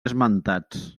esmentats